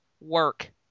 work